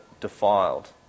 defiled